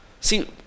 See